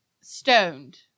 stoned